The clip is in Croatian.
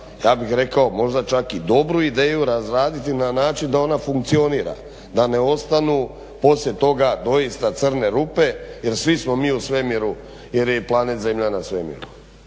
ja bih rekao možda čak i dobru ideju razraditi na način da ona funkcionira. Da ne ostanu poslije toga doista crne rupe jer svi smo mi u svemiru, jer je i planet Zemlja na svemiru,